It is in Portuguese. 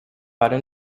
para